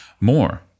more